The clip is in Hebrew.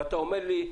ואתה אומר לי: